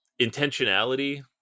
intentionality